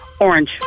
Orange